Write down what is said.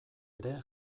ere